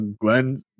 Glenn